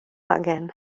angen